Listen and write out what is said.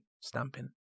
stamping